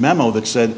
memo that said